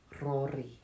Rory